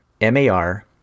M-A-R